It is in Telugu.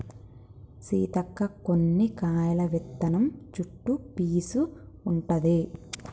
సీతక్క కొన్ని కాయల విత్తనం చుట్టు పీసు ఉంటది